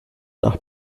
nach